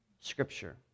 Scripture